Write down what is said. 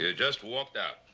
yeah just walked out?